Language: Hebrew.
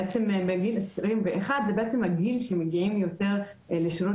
בעצם מגיל 21 זה הגיל שמגיעים יותר לשירות